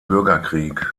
bürgerkrieg